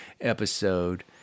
episode